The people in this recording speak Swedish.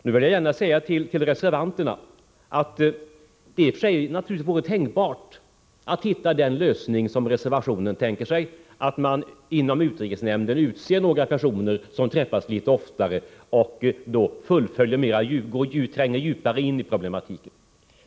Jag vill säga till reservanterna att det naturligtvis i och för sig vore tänkbart att hitta den lösning som reservationen skisserar, nämligen att man inom utrikesnämnden utser några personer som träffas litet oftare och tränger djupare in i problematiken.